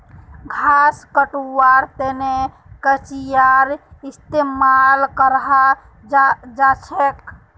घास कटवार तने कचीयार इस्तेमाल कराल जाछेक